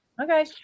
Okay